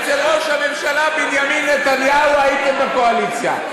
אצל ראש הממשלה בנימין נתניהו הייתם בקואליציה.